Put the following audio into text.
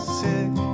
sick